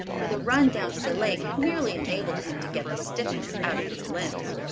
for the run down to the lake had merely enabled him to get the stiffness out of his limbs.